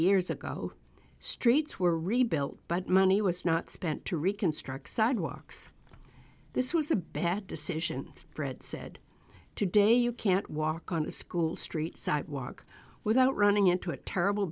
years ago streets were rebuilt but money was not spent to reconstruct sidewalks this was a bad decision fred said today you can't walk on a school street sidewalk without running into a terrible